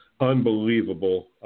Unbelievable